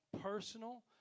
personal